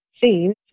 seen